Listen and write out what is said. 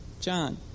John